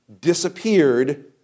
disappeared